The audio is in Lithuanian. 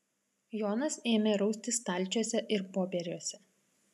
jonas ėmė raustis stalčiuose ir popieriuose